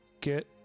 get